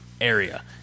area